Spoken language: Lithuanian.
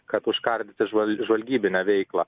kad užkardyti žvalgybinę veiklą